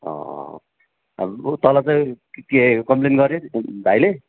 अँ अब तल चाहिँ के कम्पलेन गर्यो भाइले